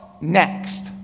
next